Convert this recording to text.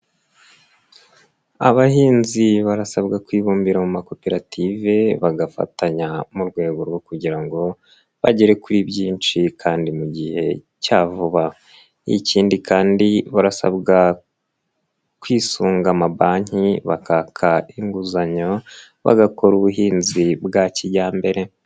Abahinzi barasabwa kwibumbira mu makoperative, bagafatanya mu rwego rwo kugira ngo bagere kuri byinshi kandi mu gihe cya vuba. Ikindi kandi barasabwa kwisunga amabanki, bakaka inguzanyo, bagakora ubuhinzi bwa kijyambere.